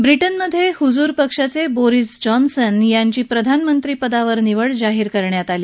व्रिटनमधे हुजूर पक्षाचे Boris Johnson यांची आज प्रधानमंत्री पदावर निवड जाहीर करण्यात आली